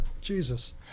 Jesus